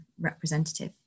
representative